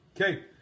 Okay